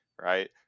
right